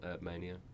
Mania